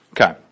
Okay